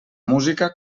música